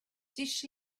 dish